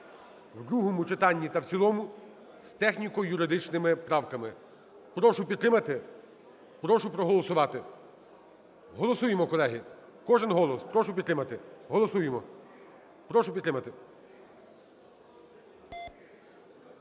у другому читанні та в цілому з техніко-юридичними правками. Прошу підтримати, прошу проголосувати. Голосуємо, колеги, кожен голос. Прошу підтримати. Голосуємо. Прошу підтримати.